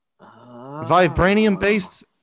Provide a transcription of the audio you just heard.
Vibranium-based